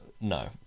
No